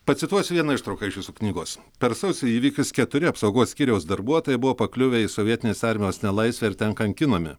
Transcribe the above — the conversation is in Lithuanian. pacituosiu vieną ištrauką iš jūsų knygos per sausio įvykius keturi apsaugos skyriaus darbuotojai buvo pakliuvę į sovietinės armijos nelaisvę ir ten kankinami